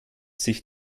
sich